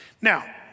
Now